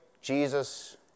Jesus